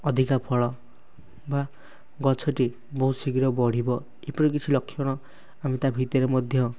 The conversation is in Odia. ଅଧିକ ଫଳ ବା ଗଛଟି ବହୁତ ଶୀଘ୍ର ବଢ଼ିବ ଏପରି କିଛି ଲକ୍ଷଣ ଆମେ ତା ଭିତରେ ମଧ୍ୟ